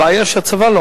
הבעיה שהצבא לא,